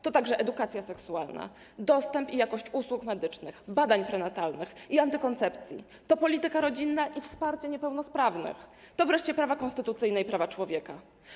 To także edukacja seksualna, dostęp do usług medycznych i ich jakość, do badań prenatalnych i antykoncepcji, to polityka rodzinna i wsparcie niepełnosprawnych, to wreszcie prawa konstytucyjne i prawa człowieka.